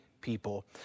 people